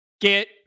Get